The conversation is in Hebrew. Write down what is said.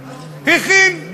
הכין.